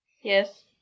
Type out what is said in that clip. Yes